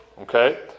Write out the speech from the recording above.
Okay